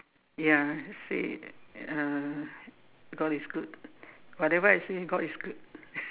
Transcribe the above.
ya say uh God is good whatever I say God is good